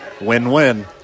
Win-win